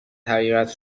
حقیقت